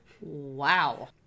Wow